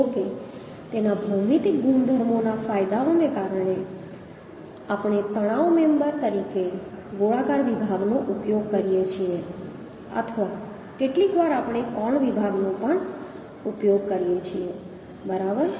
જો કે તેના ભૌમિતિક ગુણધર્મોના ફાયદાઓને કારણે આપણે તણાવ મેમ્બર તરીકે ગોળાકાર વિભાગનો ઉપયોગ કરીએ છીએ અથવા કેટલીકવાર આપણે કોણ વિભાગનો પણ ઉપયોગ કરીએ છીએ બરાબર